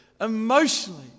emotionally